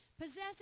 possessing